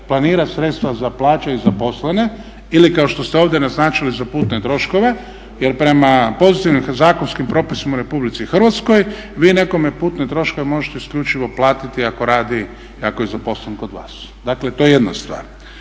planira sredstava za plaće i zaposlene ili kao što ste ovdje naznačili za putne troškove jer prema pozitivnim zakonskim propisima u Republici Hrvatskoj vi nekome putne troškove možete isključivo platiti ako radi i ako je zaposlen kod vas. Dakle to je jedna stvar.